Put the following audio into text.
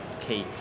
cake